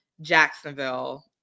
Jacksonville